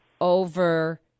over